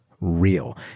real